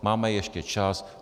Máme ještě čas.